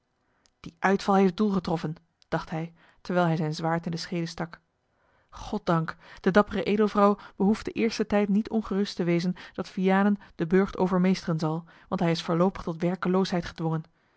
die uitval heeft doel getroffen dacht hij terwijl hij zijn zwaard in de scheede stak goddank de dappere edelvrouw behoeft den eersten tijd niet ongerust te wezen dat vianen den burcht overmeesteren zal want hij is voorloopig tot werkeloosheid gedwongen